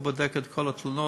והוא בודק את כל התלונות,